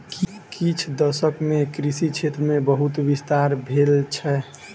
किछ दशक मे कृषि क्षेत्र मे बहुत विस्तार भेल छै